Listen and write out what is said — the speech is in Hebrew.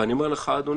ואני אומר לך, אדוני: